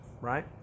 right